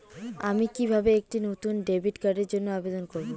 আমি কিভাবে একটি নতুন ডেবিট কার্ডের জন্য আবেদন করব?